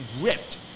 ripped